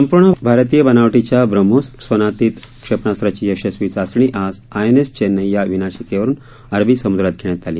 संपूर्ण भारतीय बनावटीच्या ब्रम्होस स्वनातीत क्षेपणास्त्राची यशस्वी चाचणी आज आयएनएस चेन्नई या विनाशिकेवरून अरबी सम्द्रात घेण्यात आली